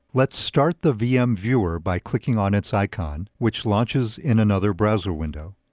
let's start the vm viewer by clicking on its icon, which launches in another browser window.